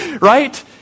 right